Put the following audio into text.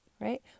Right